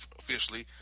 officially